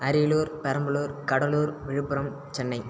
Ariyalur Perambalur Cuddalore Villupuram Chennai